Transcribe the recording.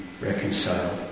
reconciled